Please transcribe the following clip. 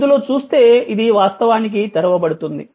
ఇందులో చూస్తే ఇది వాస్తవానికి తెరవబడుతుంది